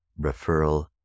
referral